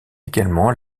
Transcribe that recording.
également